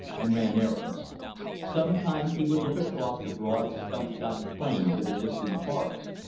and ran errands sometimes he would look across the broad stump-dotted plain to the distant forest.